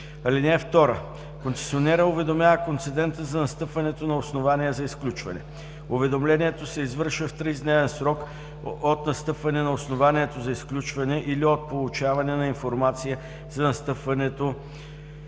(2) Концесионерът уведомява концедента за настъпването на основание за изключване. Уведомлението се извършва в 30-дневен срок от настъпване на основанието за изключване или от получаване на информация за настъпването